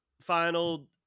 Final